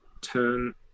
turn